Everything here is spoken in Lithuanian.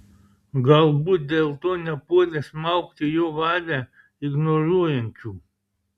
galbūt dėl to nepuolė smaugti jo valią ignoruojančių